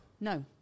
No